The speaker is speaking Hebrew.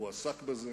הוא עסק בזה